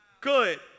Good